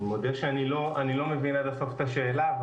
מודה שאני לא מבין עד הסוף את השאלה.